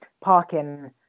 parking